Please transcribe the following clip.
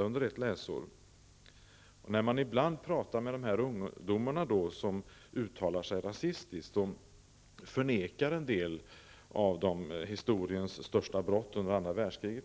av När man ibland pratar med de ungdomar som uttalar sig rasistiskt, förnekar en del av dem t.ex. historiens största brott under andra världskriget.